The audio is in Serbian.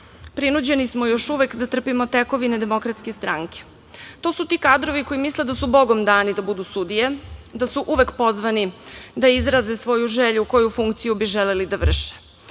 prinuđeni smo još uvek da trpimo tekovine DS. To su ti kadrovi koji misle da su bogom dani da budu sudije, da su uvek pozvani da izraze svoju želju koju funkciju bi želeli da vrše.